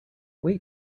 wait